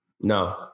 No